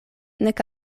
nek